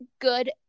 good